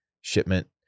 shipment